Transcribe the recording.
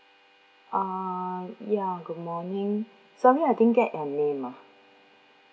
uh ya good morning sorry I didn't get your name ah